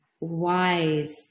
wise